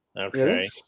okay